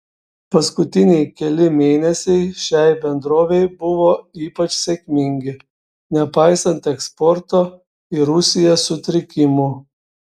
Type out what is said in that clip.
paskutiniai keli mėnesiai šiai bendrovei buvo ypač sėkmingi nepaisant eksporto į rusiją sutrikimų